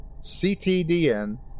CTDN